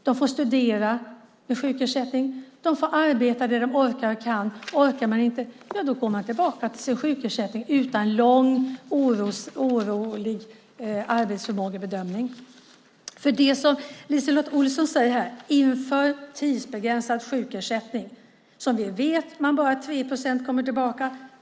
De får studera med sjukersättning, och de får arbeta så mycket de orkar och kan. Orkar de inte det går de tillbaka till sin sjukersättning utan att vara oroliga för en lång arbetsförmågebedömning. LiseLotte Olsson säger: Inför tidsbegränsad sjukersättning. Men vi vet att bara 3 procent kommer tillbaka.